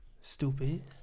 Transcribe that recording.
Stupid